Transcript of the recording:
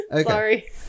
Sorry